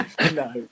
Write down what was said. No